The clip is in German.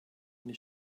eine